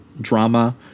drama